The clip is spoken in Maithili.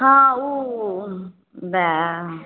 हाँ उ बै